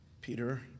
Peter